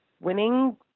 winning